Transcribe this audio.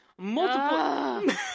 multiple